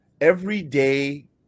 everyday